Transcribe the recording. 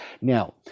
Now